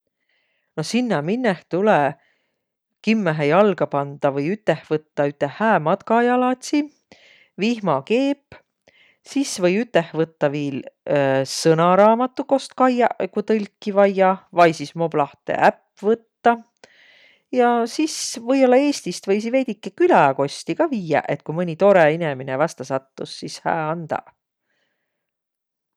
No sinnäq minneh tulõ kimmähe jalga pandaq vai üteh võttaq üteq hääq matkajaladsiq, vihmakeem. Sis või üteh võttaq viil sõnaraamadu, kost kaiaq, ku tõlkiq vaia, vai sis moblahtõ äpp võttaq. Ja sis või-ollaq Eestist võisiq veidike küläkost kah viiäq, et ku mõni tore inemine vasta sattus, sis hää andaq.